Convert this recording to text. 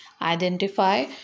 Identify